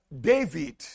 David